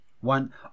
One